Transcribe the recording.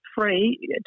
free